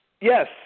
Yes